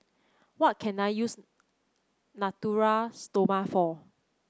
what can I use Natura Stoma for